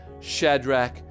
Shadrach